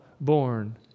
born